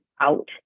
out